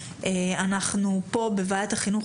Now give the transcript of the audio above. אנחנו פה בוועדת החינוך,